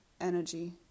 energy